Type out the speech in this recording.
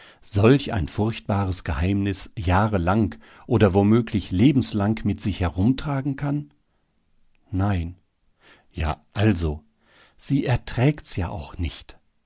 solch ein furchtbares geheimnis jahrelang oder womöglich lebenslang mit sich herumtragen kann nein ja also sie erträgt's ja auch nicht